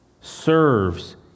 serves